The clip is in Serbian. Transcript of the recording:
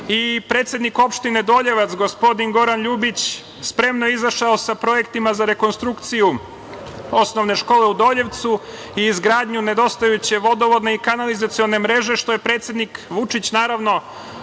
Predsednik opštine Doljevac, gospodin Goran Ljubić, spremno je izašao sa projektima za rekonstrukciju osnovne škole u Doljevcu i izgradnju nedostajuće vodovodne i kanalizacione mreže, što je predsednik Vučić, naravno,